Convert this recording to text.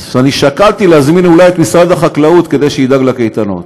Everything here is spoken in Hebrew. אז אני שקלתי להזמין אולי את משרד החקלאות כדי שידאג לקייטנות.